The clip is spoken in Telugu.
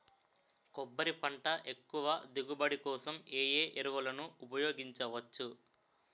కొబ్బరి పంట ఎక్కువ దిగుబడి కోసం ఏ ఏ ఎరువులను ఉపయోగించచ్చు?